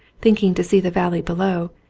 thinking to see the valley below,